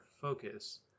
focus